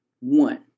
One